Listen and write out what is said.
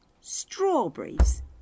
Strawberries